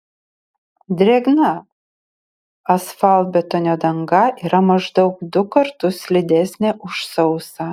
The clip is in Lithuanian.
drėgna asfaltbetonio danga yra maždaug du kartus slidesnė už sausą